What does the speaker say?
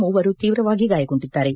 ಮೂವರು ಶೀವ್ರವಾಗಿ ಗಾಯಗೊಂಡಿದ್ದಾರೆ